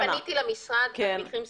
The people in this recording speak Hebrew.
אני פניתי למשרד עם מקרים ספציפיים.